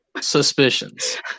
Suspicions